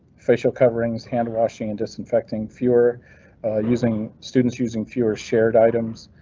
facial coverings, hand washing, and disinfecting fewer using students, using fewer shared items.